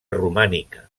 romànica